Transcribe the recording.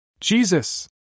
Jesus